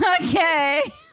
Okay